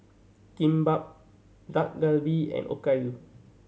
Kimbap Dak Galbi and Okayu